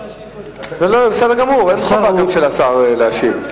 לא, בסדר גמור, השר מרידור לא משיב.